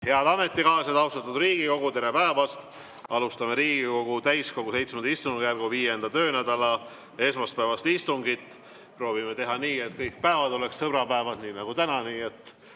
Head ametikaaslased, austatud Riigikogu, tere päevast! Alustame Riigikogu täiskogu VII istungjärgu 5. töönädala esmaspäevast istungit. Proovime teha nii, et kõik päevad oleks sõbrapäevad, nii nagu täna.